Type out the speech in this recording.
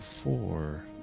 four